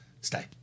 Stay